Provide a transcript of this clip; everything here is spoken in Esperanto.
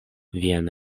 vian